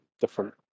different